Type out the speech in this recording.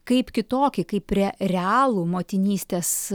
kaip kitokį kaip re realų motinystės